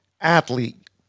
athlete